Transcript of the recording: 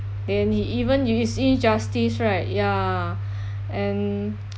and it even if you see injustice right ya and